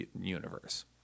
universe